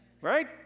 Right